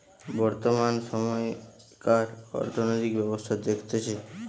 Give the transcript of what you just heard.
বর্তমান সময়কার অর্থনৈতিক ব্যবস্থা দেখতেছে